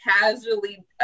casually